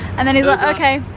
and then he's like, okay.